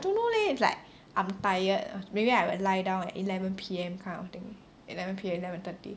dunno leh it's like I'm tired maybe I will lie down at eleven P_M kind of thing eleven P_M eleven thirty